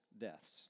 deaths